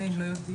אין.